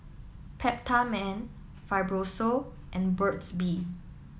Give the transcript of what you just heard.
Peptamen Fibrosol and Burt's Bee